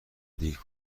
دیر